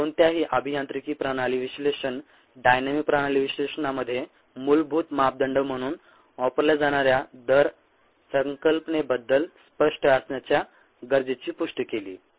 आपण कोणत्याही अभियांत्रिकी प्रणाली विश्लेषण डायनॅमिक प्रणाली विश्लेषणामध्ये मूलभूत मापदंड म्हणून वापरल्या जाणाऱ्या दर संकल्पनेबद्दल स्पष्ट असण्याच्या गरजेची पुष्टी केली